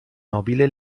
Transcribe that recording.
nobile